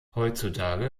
heutzutage